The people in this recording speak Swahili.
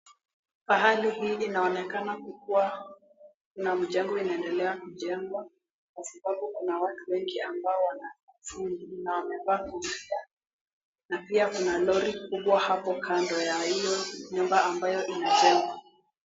Pahali hii inaonekana kukuwa na mjengo inayoendelea kujengwa kwa sababu kuna watu wengi ambao wanafundi na wamevaa kofia na pia kuna lori kubwa hapo kando ya hilo nyumba ambayo inajengwa.